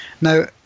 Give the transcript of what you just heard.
Now